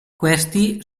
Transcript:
questi